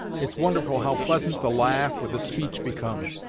it's wonderful how pleasant the laugh, or the speech becomes,